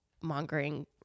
mongering